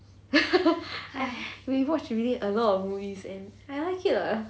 we watched really a lot of movies and I like it ah